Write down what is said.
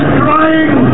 crying